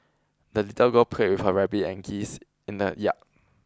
the little girl played with her rabbit and geese in the yard